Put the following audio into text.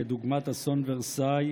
כדוגמת אסון ורסאי,